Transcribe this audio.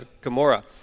Gomorrah